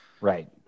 Right